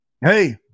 Hey